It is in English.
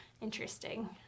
interesting